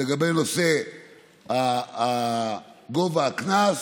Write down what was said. לגבי נושא גובה הקנס,